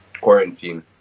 quarantine